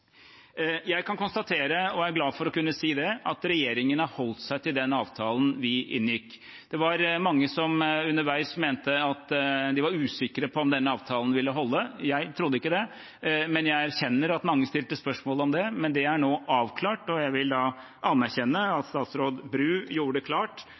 Jeg kan konstatere, og er glad for å kunne si det, at regjeringen har holdt seg til den avtalen vi inngikk. Det var mange som underveis var usikre på om denne avtalen ville holde – jeg trodde ikke dette, men jeg erkjenner at mange stilte spørsmål om det. Det er nå avklart, og jeg vil anerkjenne at statsråd Bru gjorde det klart